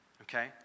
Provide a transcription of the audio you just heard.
okay